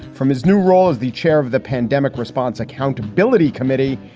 from his new role as the chair of the pandemic response accountability committee.